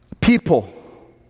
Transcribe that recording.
people